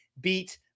beat